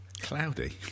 Cloudy